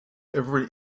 every